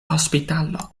hospitalo